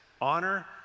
honor